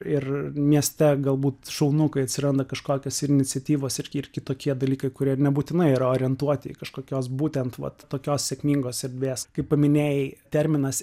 ir mieste galbūt šaunu kai atsiranda kažkokios iniciatyvos ir ir kitokie dalykai kurie nebūtinai yra orientuoti į kažkokios būtent vat tokios sėkmingos erdvės kaip paminėjai terminas